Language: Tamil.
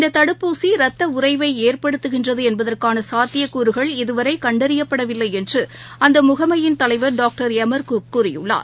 இந்ததடுப்பூசிரத்தஉறைவைஏற்படுத்துகின்றதுஎன்பதற்கானசாத்தியக்கூறுகள் இதுவரைகண்டறியப்படவில்லைஎன்றுஅந்தமுகமையின் தலைவர் டாக்டர் எமர் குக் கூறியுள்ளார்